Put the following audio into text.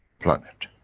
planet.